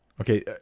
okay